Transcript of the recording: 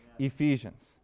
ephesians